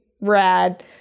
rad